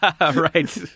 Right